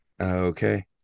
Okay